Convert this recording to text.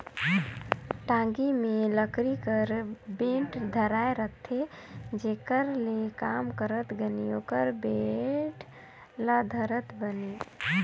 टागी मे लकरी कर बेठ धराए रहथे जेकर ले काम करत घनी ओकर बेठ ल धरत बने